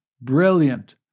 brilliant